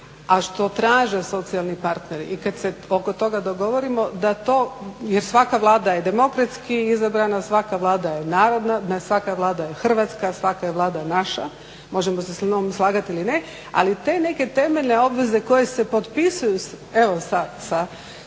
a što traže socijalni partneri i kad se oko toga dogovorimo da to, jer svaka je Vlada demokratski izabrana, svaka Vlada je narodna, svaka Vlada je Hrvatska, svaka je Vlada naša. Možemo se s njom slagati ili ne. Ali te neke temeljne obveze koje se potpisuju evo sa